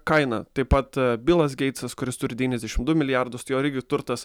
kaina taip pat bilas geitsas kuris turi devyniasdešim du milijardus tai jo irgi turtas